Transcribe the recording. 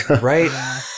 right